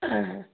হ্যাঁ হ্যাঁ